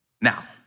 Now